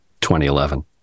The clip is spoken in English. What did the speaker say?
2011